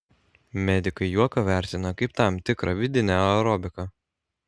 medikai juoką vertina kaip tam tikrą vidinę aerobiką